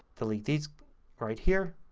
delete these right here